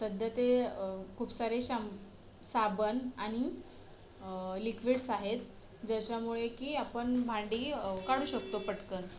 सध्या ते खूप सारे शाम साबण आणि लिक्विड्स आहेत ज्याच्यामुळे की आपण भांडी काढू शकतो पटकन